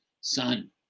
son